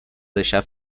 deixar